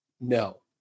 No